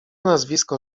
nazwisko